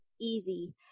easy